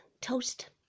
toast